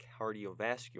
cardiovascular